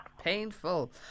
Painful